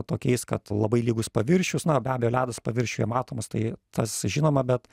tokiais kad labai lygus paviršius na be abejo ledas paviršiuje matomas tai tas žinoma bet